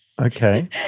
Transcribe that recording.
Okay